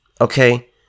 Okay